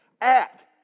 Act